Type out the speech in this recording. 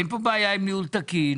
אין כאן בעיה עם ניהול תקין,